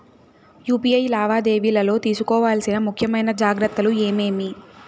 UPI లావాదేవీలలో తీసుకోవాల్సిన ముఖ్యమైన జాగ్రత్తలు ఏమేమీ?